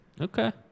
okay